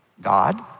God